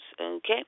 Okay